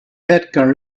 edgar